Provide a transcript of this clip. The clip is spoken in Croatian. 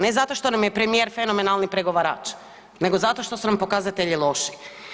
Ne zato što nam je premijer fenomenalni pregovarač nego zato što su nam pokazatelji loši.